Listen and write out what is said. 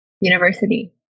university